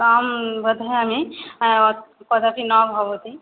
आं वदामि कदापि न भवति